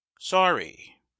sorry